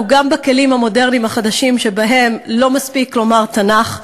גם בכלים המודרניים החדשים שבהם לא מספיק לומר תנ"ך,